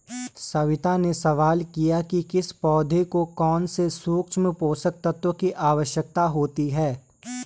सविता ने सवाल किया कि किस पौधे को कौन से सूक्ष्म पोषक तत्व की आवश्यकता होती है